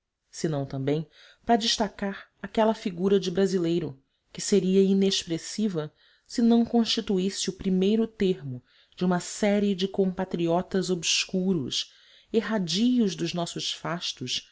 peruana senão também para destacar aquela figura de brasileiro que seria inexpressiva se não constituísse o primeiro termo de uma série de compatriotas obscuros erradios dos nossos fastos